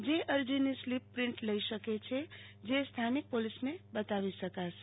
જે અરજીની સ્લીપની પ્રિન્ટ પણ લઇ શકે છે અને સ્થાનિક પોલીસને બતાવી શકે છે